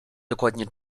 dokładnie